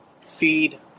feed